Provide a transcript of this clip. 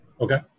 Okay